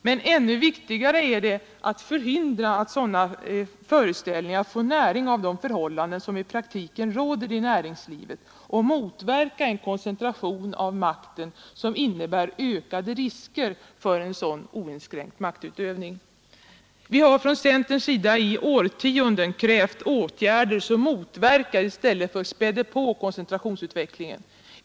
Men ännu viktigare är det att förhindra att sådana föreställningar får näring av de förhållanden som i praktiken råder i näringslivet och att motverka en koncentration av makten som innebär ökade risker för en sådan oinskränkt maktutövning. Centern har i årtionden krävt åtgärder som motverkar koncentrationsutvecklingen i stället för att späda på den.